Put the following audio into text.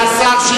קצת צניעות.